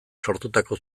sortutako